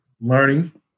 learning